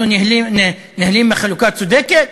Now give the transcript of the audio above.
אנחנו נהנים מחלוקה צודקת?